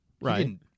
Right